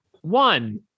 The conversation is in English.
One